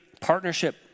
Partnership